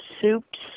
soups